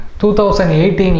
2018